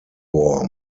war